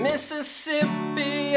Mississippi